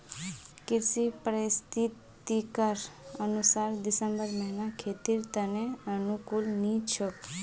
कृषि पारिस्थितिकीर अनुसार दिसंबर महीना खेतीर त न अनुकूल नी छोक